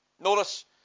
Notice